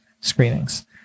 screenings